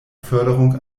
förderung